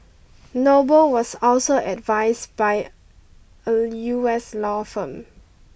Noble was also advised by a U S law firm